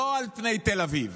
לא על תל אביב,